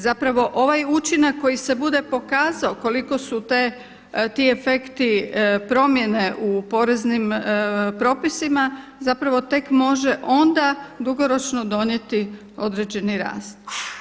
Zapravo, ovaj učinak koji se bude pokazao koliko su ti efekti promjene u poreznim propisima zapravo tek može onda dugoročno donijeti određeni rast.